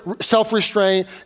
self-restraint